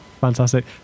Fantastic